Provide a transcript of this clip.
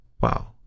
Wow